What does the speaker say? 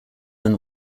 than